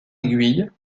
aiguille